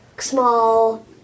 small